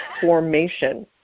formation